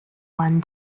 one